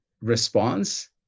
response